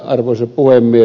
arvoisa puhemies